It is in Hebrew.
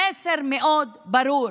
המסר מאוד ברור: